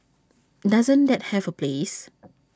doesn't that have A place